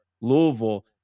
Louisville